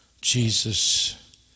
Jesus